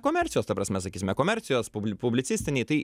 komercijos ta prasme sakysime komercijos publi publicistiniai tai